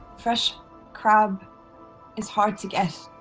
fresh crab is hard to get,